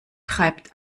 treibt